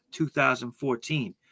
2014